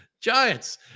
Giants